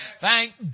Thank